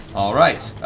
all right.